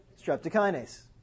Streptokinase